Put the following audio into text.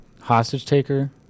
hostage-taker